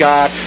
God